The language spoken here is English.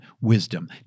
wisdom